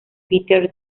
peter